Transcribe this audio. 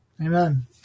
Amen